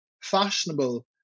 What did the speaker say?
fashionable